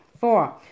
Four